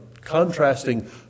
contrasting